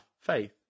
Faith